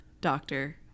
Doctor